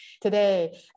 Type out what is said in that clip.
Today